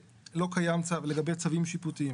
לגבי צווים שיפוטיים.